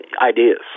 ideas